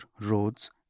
Roads